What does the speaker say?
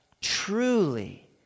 truly